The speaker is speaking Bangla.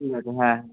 ঠিক আছে হ্যাঁ